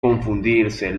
confundirse